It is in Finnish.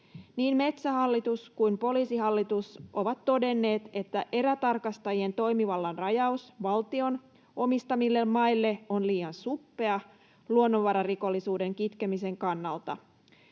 Niin Metsähallitus kuin Poliisihallitus ovat todenneet, että erätarkastajien toimivallan rajaus valtion omistamille maille on liian suppea luonnonvararikollisuuden kitkemisen kannalta.